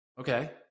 Okay